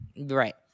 right